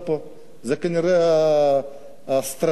זו כנראה האסטרטגיה,